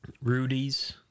Rudy's